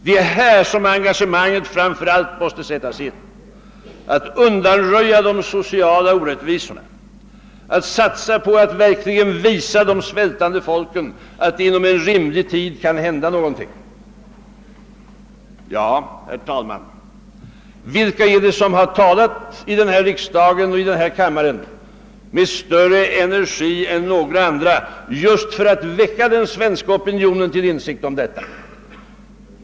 Det är just där engagemanget främst bör sättas in, att undanröja de sociala orättvisorna och verkligen visa de svältande folken att det kan hända något stort inom rimlig tid. Och vilka är det som i denna kammare och denna riksdag mera energiskt än andra har talat för att väcka opinionen här i landet till insikt om detta? Det är folkpartiet och centerpartiet.